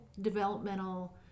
developmental